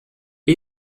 que